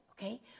Okay